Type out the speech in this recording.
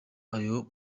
ayo